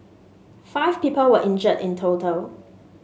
five people were injured in total